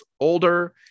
older